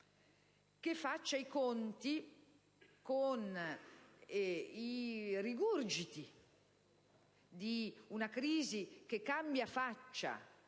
che faccia i conti con i rigurgiti di una crisi che cambia faccia